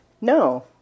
No